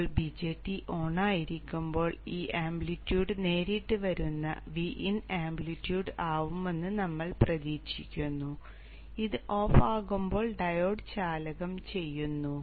ഇപ്പോൾ BJT ഓണായിരിക്കുമ്പോൾ ഈ ആംപ്ലിറ്റ്യൂഡ് നേരിട്ട് വരുന്ന Vin ആംപ്ലിറ്റ്യൂഡ് ആവുമെന്ന് നമ്മൾ പ്രതീക്ഷിക്കുന്നു ഇത് ഓഫ് ആകുമ്പോൾ ഡയോഡ് ചാലകം ചെയ്യുന്നു